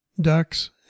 ducks